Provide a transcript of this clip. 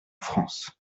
france